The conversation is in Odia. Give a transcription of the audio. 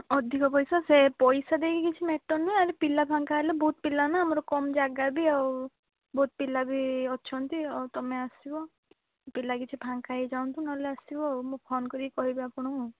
ଅଧିକ ପଇସା ସେ ପଇସା ଦେଇକି କିଛି ମ୍ୟାଟର୍ ନୁହେଁ ଆରେ ପିଲା ଫାଙ୍କା ହେଲେ ବହୁତ ପିଲା ନା ଆମର କମ୍ ଜାଗା ବି ଆଉ ବହୁତ ପିଲା ବି ଅଛନ୍ତି ଆଉ ତୁମେ ଆସିବ ପିଲା କିଛି ଫାଙ୍କା ହେଇଯାଆନ୍ତୁ ନହେଲେ ଆସିବ ଆଉ ମୁଁ ଫୋନ କରିକି କହିବି ଆପଣଙ୍କୁ